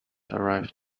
arrive